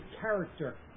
character